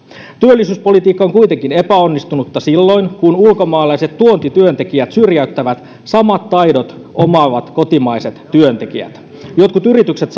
työllisyyspolitiikka on kuitenkin epäonnistunutta silloin kun ulkomaalaiset tuontityöntekijät syrjäyttävät samat taidot omaavat kotimaiset työntekijät jotkut yritykset